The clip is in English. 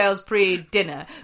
pre-dinner